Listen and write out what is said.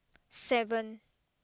seven